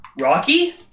Rocky